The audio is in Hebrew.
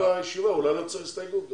בישיבה אולי לא צריך הסתייגות גם.